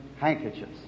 handkerchiefs